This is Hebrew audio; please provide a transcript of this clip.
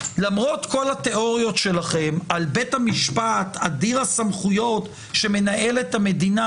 למרות כל התיאוריות שלכם על בית המשפט אדיר הסמכויות שמנהל את המדינה,